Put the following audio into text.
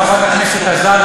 חברת הכנסת עזריה,